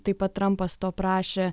taip pat trampas to prašė